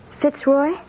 Fitzroy